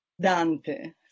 Dante